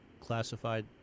classified